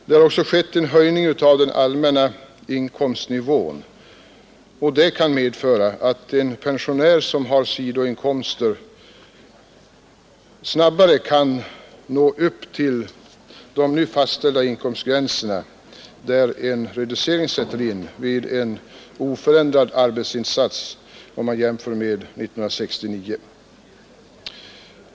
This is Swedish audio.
Det har också skett en höjning av den allmänna inkomstnivån, och det kan medföra att en pensionär som har sidoin komster vid en oförändrad arbetsinsats jämfört med 1969 snabbare kan nå upp till de nu fastställda inkomstgränserna där en reducering sätter in.